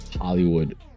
Hollywood